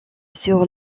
sur